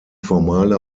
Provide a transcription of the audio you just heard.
formale